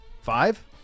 Five